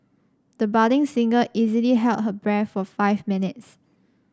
the budding singer easily held her breath for five minutes